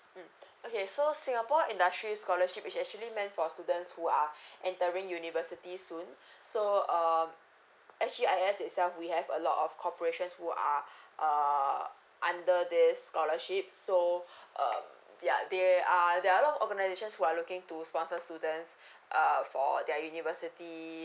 mm okay so singapore industry scholarship is actually meant for students who are entering university soon so um S_G_I_S itself we have a lot of corporations who are uh under this scholarship so um ya there are there are a lot of organisations who are looking to sponsor students uh for their university